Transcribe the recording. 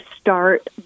start